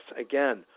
again